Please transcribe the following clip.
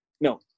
no